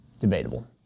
debatable